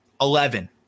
Eleven